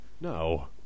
No